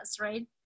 right